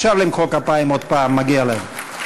אפשר למחוא כפיים עוד הפעם, מגיע להם.